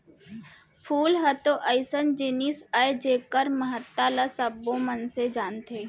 फूल ह तो अइसन जिनिस अय जेकर महत्ता ल सबो मनसे जानथें